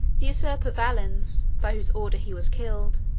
usurper valens, by whose order he was killed,